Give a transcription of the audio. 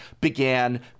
began